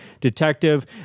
detective